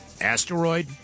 asteroid